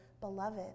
beloved